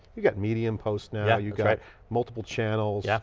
you've got medium posts now, you've got multiple channels. yeah